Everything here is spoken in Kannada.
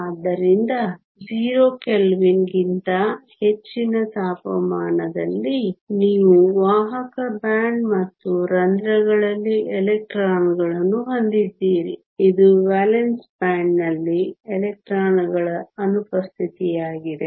ಆದ್ದರಿಂದ 0 ಕೆಲ್ವಿನ್ಗಿಂತ ಹೆಚ್ಚಿನ ತಾಪಮಾನದಲ್ಲಿ ನೀವು ವಾಹಕ ಬ್ಯಾಂಡ್ ಮತ್ತು ರಂಧ್ರಗಳಲ್ಲಿ ಎಲೆಕ್ಟ್ರಾನ್ಗಳನ್ನು ಹೊಂದಿದ್ದೀರಿ ಇದು ವೇಲೆನ್ಸಿ ಬ್ಯಾಂಡ್ನಲ್ಲಿ ಎಲೆಕ್ಟ್ರಾನ್ಗಳ ಅನುಪಸ್ಥಿತಿಯಾಗಿದೆ